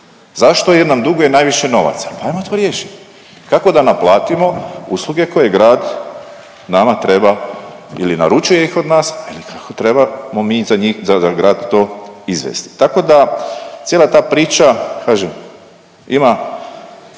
Zašto, jer nam duguje najviše novaca. Pa ajmo to riješit, kako da naplatimo usluge koje grad nama treba ili naručuje ih od nas ili kako trebamo mi za njih za grad to izvesti. Tako da cijela ta priča kažem